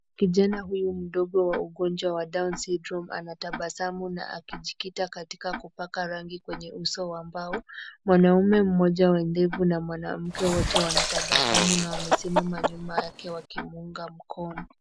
Kijana huyu mdogo wa ugonjwa wa down syndrome [cs ]anatabasamu na akijikita katika kupaka rangi kwenye uso wa mbao. Mwanaume mmoja wa ndevu na mwanamke wote wanatabasamu na wamesimama nyuma yake wakimuunga mkono.